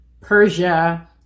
Persia